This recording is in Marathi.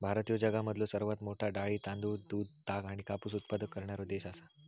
भारत ह्यो जगामधलो सर्वात मोठा डाळी, तांदूळ, दूध, ताग आणि कापूस उत्पादक करणारो देश आसा